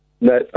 No